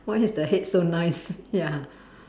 why is the head so nice ya